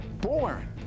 born